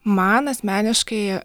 man asmeniškai